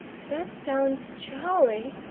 that sounds jolly,